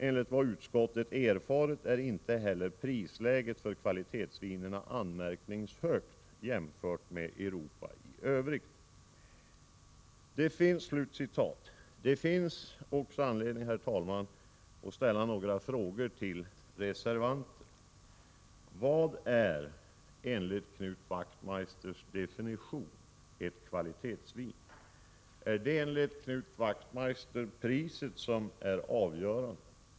Enligt vad utskottet erfarit är inte heller prisläget för kvalitetsvinerna anmärkningsvärt högt här jämfört med Europa i övrigt.” Det finns också anledning, herr talman, att ställa några frågor till reservanterna. Vad är enligt Knut Wachtmeisters definition ett kvalitetsvin? Är det enligt Knut Wachtmeisters åsikt priset som är avgörande?